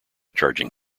charging